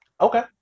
Okay